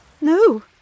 No